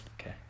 Okay